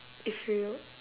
if you